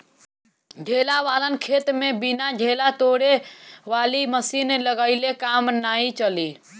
ढेला वालन खेत में बिना ढेला तोड़े वाली मशीन लगइले काम नाइ चली